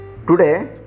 Today